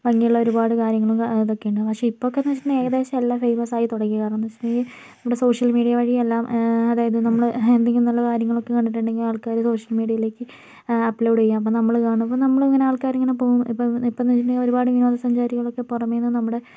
ഭംഗിയുള്ള ഒരുപാട് കാര്യങ്ങൾ ഇതൊക്കെ ഉണ്ട് പക്ഷേ ഇപ്പൊക്കെന്ന് വെച്ചിട്ടുണ്ടങ്കിൽ ഏകദേശം എല്ലാം ഫേയ്മസായി തുടങ്ങി കാരണം എന്താന്ന് വെച്ചിട്ടുണ്ടങ്കിൽ നമ്മുടെ സോഷ്യൽ മീഡിയ വഴി എല്ലാം അതായത് നമ്മള് എന്തെങ്കിലും നല്ല കാര്യങ്ങളൊക്കെ കണ്ടിട്ടുടെങ്കില് ആള്ക്കാര് സോഷ്യൽ മീഡിയയിലേക്ക് അപ്ലോഡ് ചെയ്യും അപ്പോൾ നമ്മൾ കാണുമ്പോൾ നമ്മൾ ഇങ്ങനെ ആൾക്കാർ ഇങ്ങനെ പോവും ഇപ്പൊന്ന് വെച്ചിട്ടുണ്ടങ്കില് ഒരുപാട് വിനോദസഞ്ചാരികളൊക്കെ പുറമെ നിന്നും നമ്മുടെ